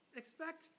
expect